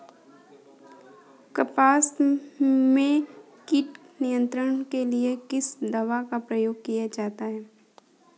कपास में कीट नियंत्रण के लिए किस दवा का प्रयोग किया जाता है?